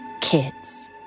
kids